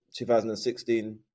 2016